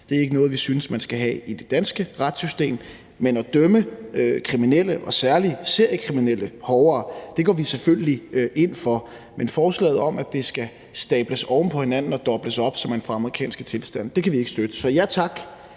er ikke noget, vi synes man skal have i det danske retssystem. At dømme kriminelle og særlig seriekriminelle hårdere går vi selvfølgelig ind for, men forslaget om, at straffene skal stables oven på hinanden og dobles op, så vi får amerikanske tilstande, kan vi ikke støtte. Så ja tak